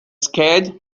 scared